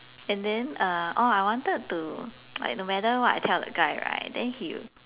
and then uh oh I wanted to like no matter what I tell the guy right then he'll